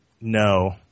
No